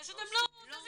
פשוט הם לא זזים.